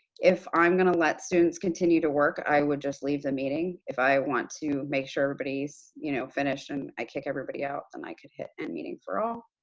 if i'm going to let students continue to work, i would just leave the meeting. if i want to make sure that everybody's you know finished and i kick everybody out, then i could hit end meeting for all.